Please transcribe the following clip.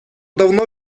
давно